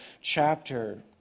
chapter